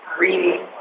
reading